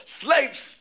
slaves